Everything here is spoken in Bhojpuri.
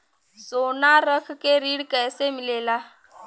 सोना रख के ऋण कैसे मिलेला?